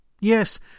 Yes